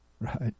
right